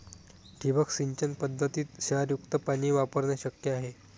ठिबक सिंचन पद्धतीत क्षारयुक्त पाणी वापरणे शक्य आहे